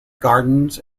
gardens